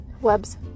Webs